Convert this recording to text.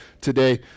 today